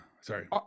sorry